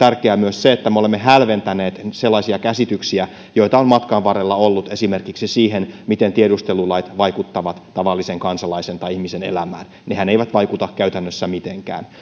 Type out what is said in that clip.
se että me olemme hälventäneet sellaisia käsityksiä joita on matkan varrella ollut esimerkiksi siitä miten tiedustelulait vaikuttavat tavallisen ihmisen elämään nehän eivät vaikuta käytännössä mitenkään